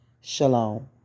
Shalom